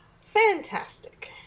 Fantastic